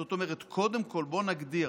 זאת אומרת, קודם כול בואו נגדיר